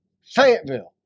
Fayetteville